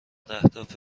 اهداف